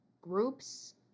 groups